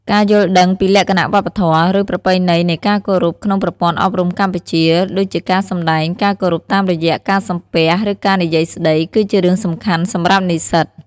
ការយល់ដឹងពីលក្ខណៈវប្បធម៌ ឬប្រពៃណីនៃការគោរពក្នុងប្រព័ន្ធអប់រំកម្ពុជា ដូចជាការសម្ដែងការគោរពតាមរយៈការសំពះ ឬការនិយាយស្តី គឺជារឿងសំខាន់សំរាប់និស្សិត។